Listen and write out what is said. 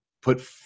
put